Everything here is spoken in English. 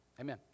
Amen